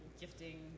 gifting